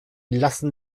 lassen